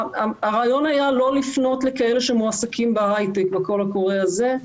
הרעיון היה לא לפנות לכאלה שמועסקים בהיייטק בקול הקורא הזה,